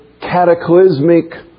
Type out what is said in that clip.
cataclysmic